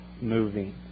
moving